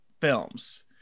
films